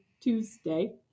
Tuesday